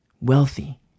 wealthy